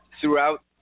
throughout